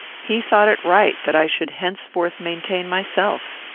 he thought it right that i should henceforth maintain myself.